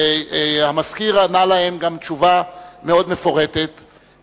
והמזכיר ענה להם תשובה מפורטת מאוד,